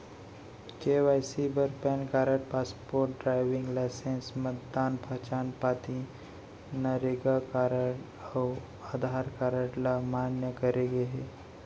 KYC बर PAN card, passport, driving licence, मतदाता पहचान पाती, नरेगा कारड अउ आधार कारड ल मान्य करे गे हे